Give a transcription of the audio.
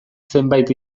zenbait